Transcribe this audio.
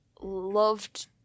loved